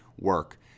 work